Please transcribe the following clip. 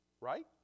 Right